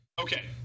Okay